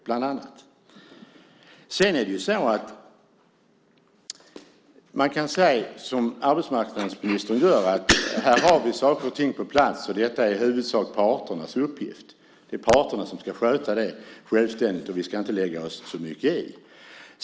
Sedan kan man som arbetsmarknadsministern säga att vi har saker och ting på plats och att detta i huvudsak är parternas uppgift, att det är parterna som ska sköta det självständigt och att vi inte ska lägga oss i så mycket.